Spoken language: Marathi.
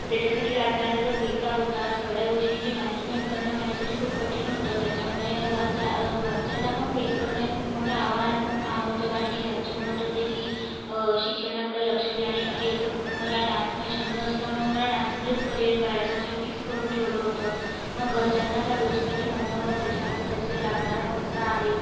तर त्याच्यासाठी लागणारा जो पैसा होता सगळ्या गोष्टींची मॅनेजमेंट करणं माझ्यासाठी खूप कठीण होतं त्याच्यामुळे घरच्या घरच्यांना पण फेस करणं हे खूप मोठं आव्हानात्मक काम होतं कारण की घरचे म्हणत होते की शिक्षणाकडे लक्ष दे आणि काही असं मला डान्समध्ये छंद असल्यामुळे मला डान्समध्येच करियर करायचं होतं मी फिक्स करून ठेवलं होतं मग घरच्यांना त्या गोष्टीसाठी मनवलं त्याच्यानंतर त्याच्यासाठी लागणारा पैसा आहे